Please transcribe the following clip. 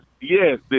Yes